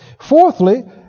Fourthly